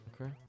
okay